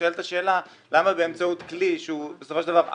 נשאלת השאלה למה באמצעות כלי שהוא בסופו של דבר עקום,